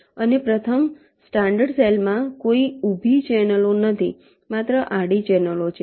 અને પ્રથમ standard cell માં કોઈ ઊભી ચેનલો નથી માત્ર આડી ચેનલો છે